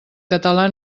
català